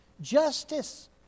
Justice